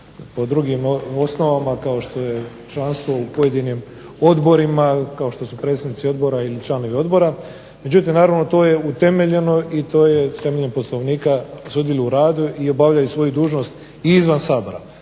po drugim osnovama kao što je članstvo u pojedinim odborima, kao što su predsjednici odbora ili članovi odbora. Međutim, naravno to je utemeljeno i to je temeljem Poslovnika, sudjeluju u radu i obavljaju svoju dužnost i izvan Sabora.